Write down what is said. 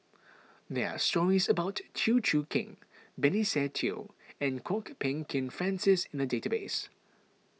there are stories about Chew Choo Keng Benny Se Teo and Kwok Peng Kin Francis in the database